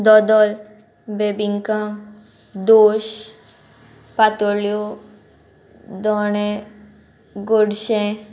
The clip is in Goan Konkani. दोदोल बेबिंकां दोश पातोळ्यो दोणे गोडशें